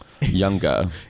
younger